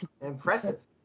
Impressive